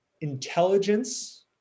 intelligence